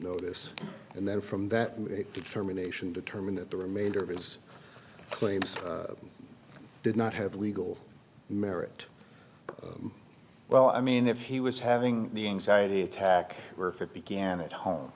notice and then from that made a determination determine that the remainder of his claims did not have legal merit well i mean if he was having the anxiety attack where for began at home